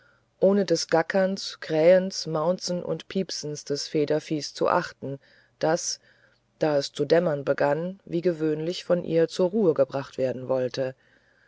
ohne des gackerns krähens mauzens und piepens des federviehs zu achten das da es zu dämmern begann wie gewöhnlich von ihr zur ruhe gebracht werden wollte